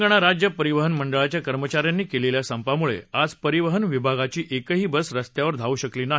तेलंगणा राज्य परिवहन मंडळाच्या कर्मचाऱ्यांनी केलेल्या संपा मुळे आज परिवहन विभागाची एकही बस रस्त्यावर धावू शकली नाही